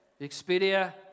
Expedia